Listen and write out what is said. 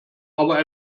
aber